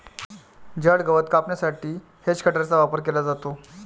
जड गवत कापण्यासाठी हेजकटरचा वापर केला जातो